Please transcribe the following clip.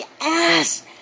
ass